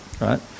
Right